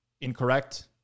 incorrect